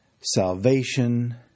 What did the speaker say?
Salvation